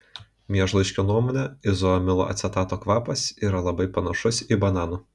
miežlaiškio nuomone izoamilo acetato kvapas yra labai panašus į bananų